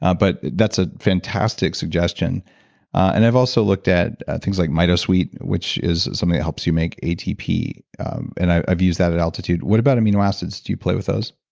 ah but that's a fantastic suggestion and i've also looked at things like mitosweet which is something that helps you make atp and i've used that at altitude what about amino acids? do you play with those?